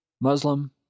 Muslim